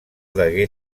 degué